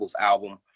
album